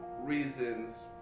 reasons